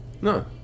No